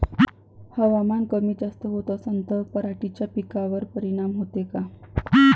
हवामान कमी जास्त होत असन त पराटीच्या पिकावर परिनाम होते का?